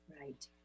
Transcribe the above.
Right